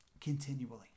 continually